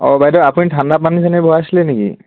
অঁ বাইদেউ আপুনি ঠাণ্ডা পানী চানী ভৰাইছিলে নেকি